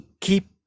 keep